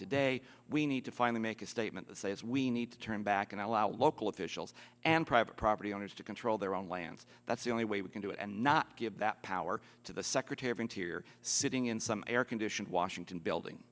today we need to finally make a statement that says we need to turn back and allow local officials and private property owners to control their own lands that's the only way we can do it and not give that power to the secretary interior sitting in some air conditioned washington building